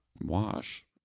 wash